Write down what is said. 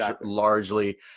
largely